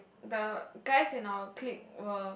the guys in our clique were